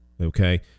Okay